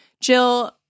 Jill